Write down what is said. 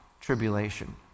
tribulation